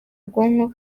bwonko